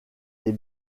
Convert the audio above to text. les